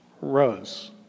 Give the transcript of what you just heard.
rose